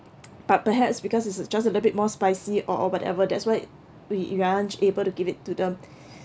but perhaps because it's it's just a little bit more spicy or or whatever that's why we aren't able to give it to them